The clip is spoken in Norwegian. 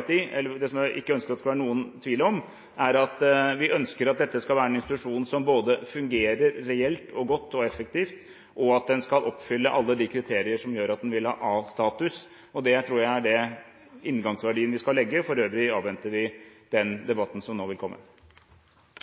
det ikke skal være noen tvil om, er at vi ønsker at dette skal være en institusjon som både fungerer reelt, godt og effektivt, og at den skal oppfylle alle de kriterier som gjør at den vil ha A-status. Det tror jeg er den inngangsverdien vi skal ha, for øvrig avventer vi den